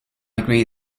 agree